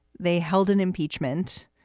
they held an impeachment.